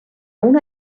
una